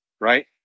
right